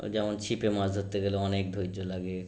যেমন ছিপে মাছ ধরতে গেলে অনেক ধৈর্য্য লাগে